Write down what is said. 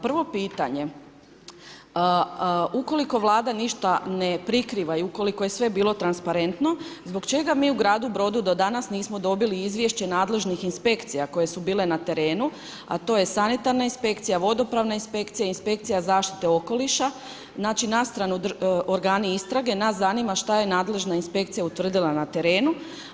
Prvo pitanje, ukoliko Vlada ništa ne prikriva i ukoliko je sve bilo transparentno zbog čega mi u gradu Brodu do danas nismo dobili izvješće nadležnih inspekcija koje su bile na terenu a to je sanitarna inspekcija, vodopravna inspekcija, inspekcija zaštite okoliša, znači na stranu organi istrage, nas zanima šta je nadležna inspekcija utvrdila na terenu.